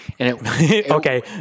Okay